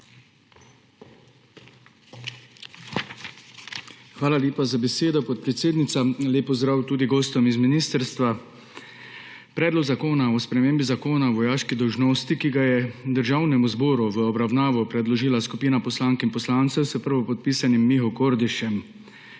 Hvala lepa za besedo, podpredsednica. Lep pozdrav tudi gostom z ministrstva! Predlog zakona o spremembi Zakona o vojaški dolžnosti, ki ga je Državnemu zboru v obravnavo predložila skupina poslank in poslancev s prvopodpisanim Miho Kordišem.